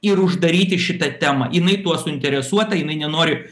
ir uždaryti šitą temą jinai tuo suinteresuota jinai nenori